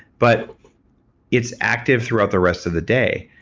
but it's active throughout the rest of the day.